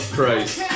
Christ